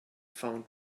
found